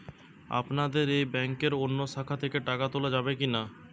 আপনাদের এই ব্যাংকের অন্য শাখা থেকে টাকা তোলা যাবে কি না?